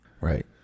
Right